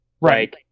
Right